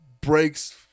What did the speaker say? breaks